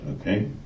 okay